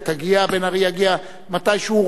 בן-ארי יגיע מתי שהוא רוצה לבוא,